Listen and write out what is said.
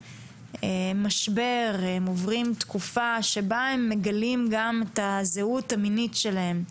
משבר שבה הם מגלים גם את הזהות המינית שלהם.